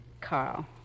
Carl